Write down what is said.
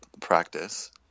practice